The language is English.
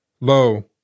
lo